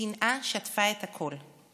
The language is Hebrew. השנאה שטפה את הכול.